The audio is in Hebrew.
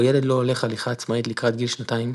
או ילד לא הולך הליכה עצמאית לקראת גיל שנתיים,